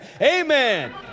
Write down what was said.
Amen